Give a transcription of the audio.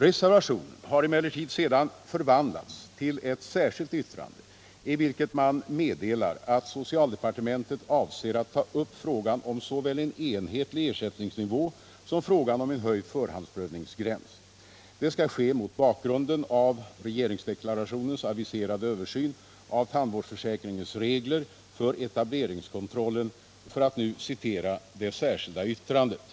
Reservationen har emellertid sedan förvandlats till ett särskilt yttrande, i vilket man meddelar att socialdepartementet avser att ta upp såväl frågan om en enhetlig ersättningsnivå som frågan om en höjd förhandsprövningsgräns. Det skall ske mot bakgrunden av regeringsdeklarationens aviserade översyn av tandvårdsförsäkringens regler för etableringskontrollen, för att nu citera ur det särskilda yttrandet.